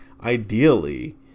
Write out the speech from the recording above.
ideally